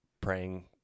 praying